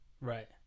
right